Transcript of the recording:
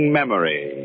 memory